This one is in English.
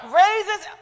raises